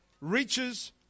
reaches